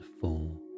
four